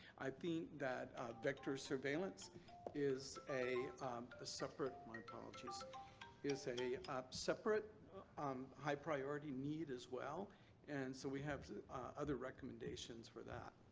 i think that vector surveillance is a a separate my apologies is a separate um high priority need as well and so we have other recommendations for that.